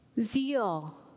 Zeal